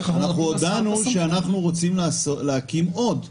אנחנו הודענו שאנחנו רוצים להקים עוד,